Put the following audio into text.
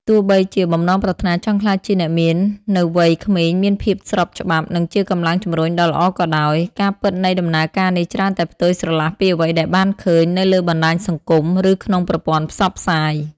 ទោះបីជា បំណងប្រាថ្នាចង់ក្លាយជាអ្នកមាននៅវ័យក្មេងមានភាពស្របច្បាប់ និងជាកម្លាំងជំរុញដ៏ល្អក៏ដោយ ការពិតនៃដំណើរការនេះច្រើនតែផ្ទុយស្រឡះពីអ្វីដែលបានឃើញនៅលើបណ្តាញសង្គម ឬក្នុងប្រព័ន្ធផ្សព្វផ្សាយ។